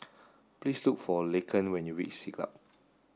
please look for Laken when you reach Siglap